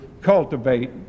cultivate